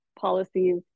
policies